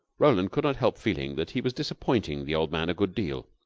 roland could not help feeling that he was disappointing the old man a good deal.